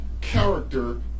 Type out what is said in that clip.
character